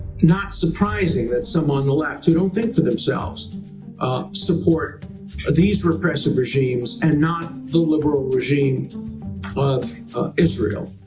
not surprising that some on the left who don't think for themselves ah support these repressive regimes and not the liberal regime of israel.